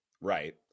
Right